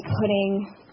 putting –